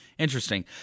Interesting